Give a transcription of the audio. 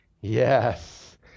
yes